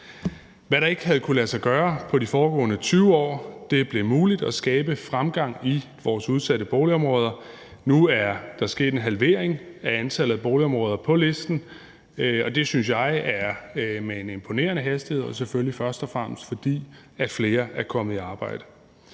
Det, der ikke havde kunnet lade sig gøre i de foregående 20 år, blev muligt, nemlig at skabe fremgang i vores udsatte boligområder. Nu er der sket en halvering af antallet af boligområder på listen. Det synes jeg er sket med en imponerende hastighed, og det er selvfølgelig først og fremmest, fordi flere er kommet i arbejde.